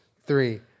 three